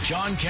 John